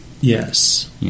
Yes